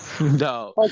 No